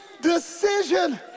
decision